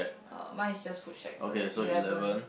uh mine is just food shack so there's eleven